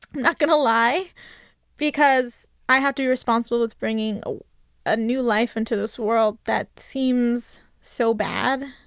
not going to lie because i have to be responsible with bringing a ah new life into this world that seems so bad,